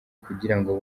kugirango